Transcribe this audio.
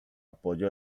apoyo